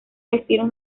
destinos